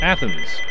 Athens